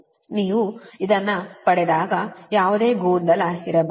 ನೀವು ಇದನ್ನು ಪಡೆದಾಗ ಯಾವುದೇ ಗೊಂದಲ ಇರಬಾರದು